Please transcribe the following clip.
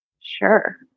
Sure